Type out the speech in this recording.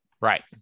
Right